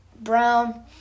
Brown